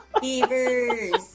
Beavers